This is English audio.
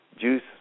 juice